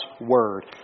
word